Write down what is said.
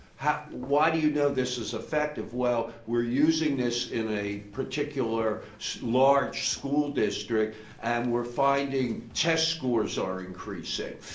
why do you know this is effective? well, we are using this in a particular so large school district and we are finding test scores are increasing.